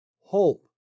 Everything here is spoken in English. hope